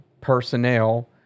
personnel